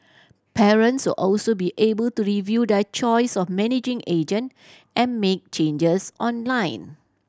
parents will also be able to review their choice of managing agent and make changes online